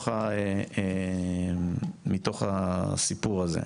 מתוך הסיפור הזה.